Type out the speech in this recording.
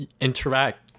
interact